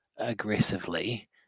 aggressively